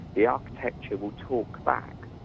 the architecture will talk back.